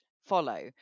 follow